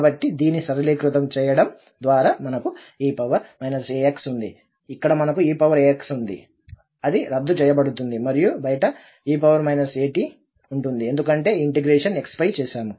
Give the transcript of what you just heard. కాబట్టి దీన్ని సరళీకృతం చేయడం ద్వారా మనకు e ax ఉంది ఇక్కడ మనకు eaxఉంది అది రద్దు చేయబడుతుంది మరియు బయట e at ఉంటుంది ఎందుకంటే ఈ ఇంటిగ్రేషన్ x పై చేశాము